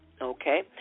Okay